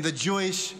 in the Jewish state.